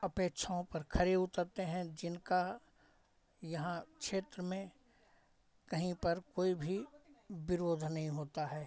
अपेक्षाओं पर खड़े उतरते हैं जिनका यहाँ क्षेत्र में कहीं पर कोई भी विरोध नहीं होता है